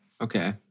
Okay